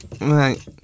Right